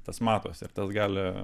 tas matosi ir gali